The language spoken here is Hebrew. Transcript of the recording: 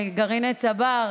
גרעיני צבר,